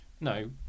no